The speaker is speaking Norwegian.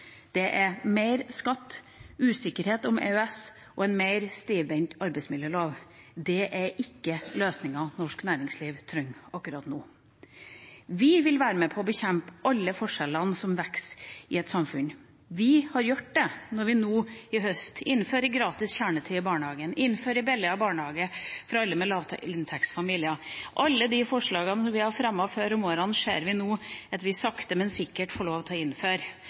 det er mer skatt, usikkerhet om EØS og en mer stivbeint arbeidsmiljølov. Det er ikke løsninger norsk næringsliv trenger akkurat nå. Vi vil være med på å bekjempe alle forskjellene som vokser i et samfunn. Vi har gjort det når vi nå i høst innfører gratis kjernetid i barnehager, innfører billigere barnehage for alle lavinntektsfamilier – alle de forslagene som vi har fremmet før om årene, ser vi nå at vi sakte, men sikkert får lov til å innføre.